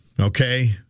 okay